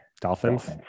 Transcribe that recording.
dolphins